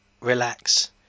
relax